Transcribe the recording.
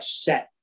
set